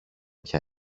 πια